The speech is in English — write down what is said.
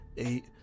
eight